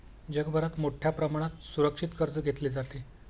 जगभरात मोठ्या प्रमाणात सुरक्षित कर्ज घेतले जाते